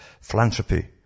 philanthropy